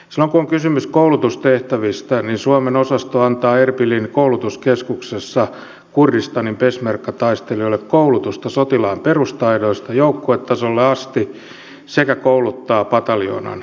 silloin kun on kysymys koulutustehtävistä suomen osasto antaa erbilin koulutuskeskuksessa kurdistanin peshmerga taistelijoille koulutusta sotilaan perustaidoista joukkuetasolle asti sekä kouluttaa pataljoonan esikuntaa